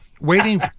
waiting